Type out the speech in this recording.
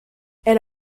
elle